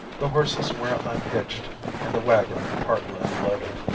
the horses were unhitched and the wagon partly unloaded,